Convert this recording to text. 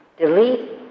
delete